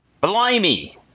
Blimey